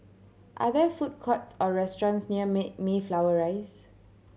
are there food courts or restaurants near May Mayflower Rise